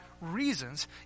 reasons